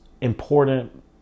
important